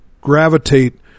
gravitate